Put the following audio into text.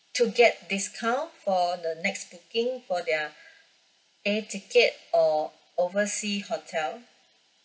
to get discount for the next booking for their air ticket or oversea hotel